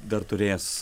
dar turės